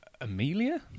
Amelia